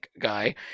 Guy